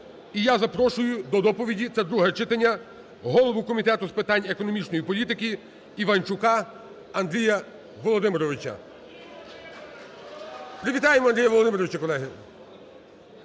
І я запрошую до доповіді (це друге читання) голову Комітету з питань економічної політики Іванчука Андрія Володимировича. Привітаємо Андрія Володимировича, колеги.